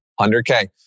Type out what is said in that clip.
100k